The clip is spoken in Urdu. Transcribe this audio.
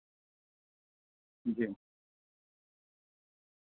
جی